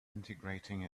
integrating